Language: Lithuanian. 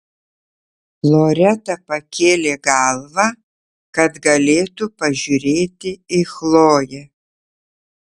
loreta pakėlė galvą kad galėtų pažiūrėti į chloję